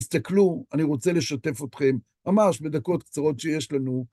תסתכלו, אני רוצה לשתף אתכם, ממש בדקות קצרות שיש לנו.